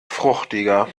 fruchtiger